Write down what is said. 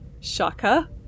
Shaka